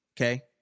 Okay